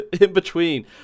in-between